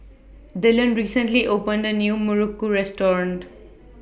Dylan recently opened A New Muruku Restaurant